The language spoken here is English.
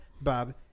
Bob